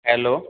hello